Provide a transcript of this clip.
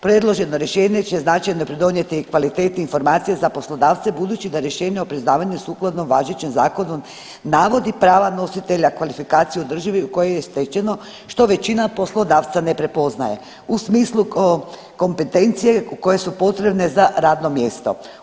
Predloženo rješenje će značajno pridonijeti kvaliteti informacije za poslodavce budući da rješenje o priznavanju sukladno važećem zakonu navodi prava nositelja, kvalifikaciju u državi u kojoj je stečeno što većina poslodavca ne prepoznaje u smislu kompetencije koje su potrebne za radno mjesto.